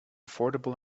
affordable